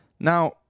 Now